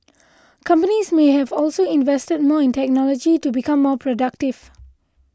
companies may have also invested more in technology to become more productive